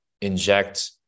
inject